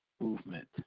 movement